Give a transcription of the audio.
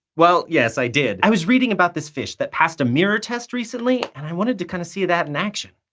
well, yes, i did. stefan i was reading about this fish that passed a mirror test recently, and i wanted to kinda see that in action.